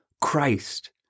Christ